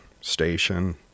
station